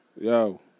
Yo